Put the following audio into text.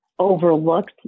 overlooked